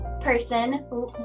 person